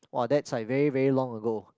[wah] that's like very very long ago